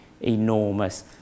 enormous